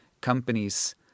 companies